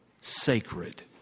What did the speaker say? sacred